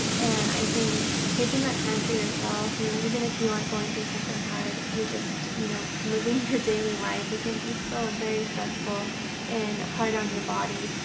and i think taking that time for yourself you know even if you aren't going through something hard you're just you know living your daily life it can be still very stressful and hard on your body.